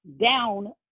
down